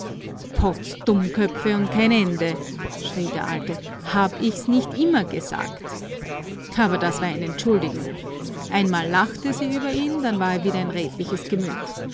potz dummköpfe und kein ende schrie der alte hab ich's nicht immer gesagt aber das war ein entschuldigen einmal lachte sie über ihn dann war er wieder ein redliches gemüt